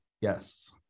Yes